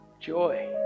joy